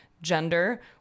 Gender